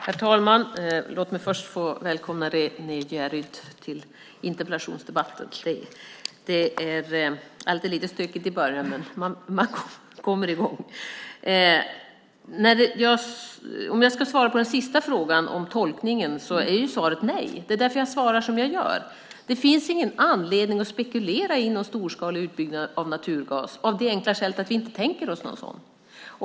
Herr talman! Låt mig först välkomna Renée Jeryd till interpellationsdebatten. Det är lite stökigt i början, men man kommer i gång. På den sista frågan, om tolkningen, är svaret nej. Det är därför jag svarar som jag gör. Det finns ingen anledning att spekulera i någon storskalig utbyggnad av naturgas av det enkla skälet att vi inte tänker oss någon sådan.